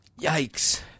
Yikes